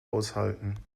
aushalten